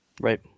Right